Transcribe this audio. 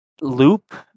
loop